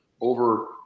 over